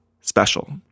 special